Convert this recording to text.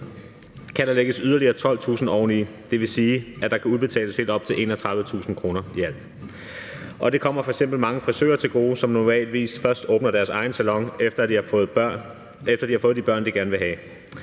kan der lægges yderligere 12.000 kr. oveni, og det vil sige, at der i alt kan udbetales helt op til 31.000 kr. Det kommer f.eks. mange frisører til gode, som normalvis først åbner deres egen salon, efter de har fået de børn, de gerne vil have.